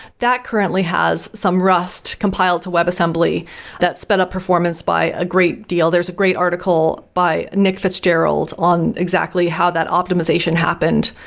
that currently has some rust compiled to web assembly that sped up performance by a great deal, there's a great article by nick fitzgerald on exactly how that optimization happened,